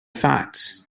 facts